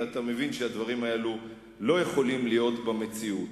ואתה מבין שהדברים האלה לא יכולים להיות במציאות,